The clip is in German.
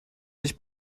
sich